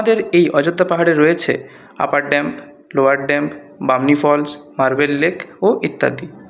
আমাদের এই অযোধ্যা পাহাড়ে রয়েছে upper dam lower dam Bamni falls marble lake ও ইত্যাদি